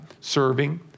serving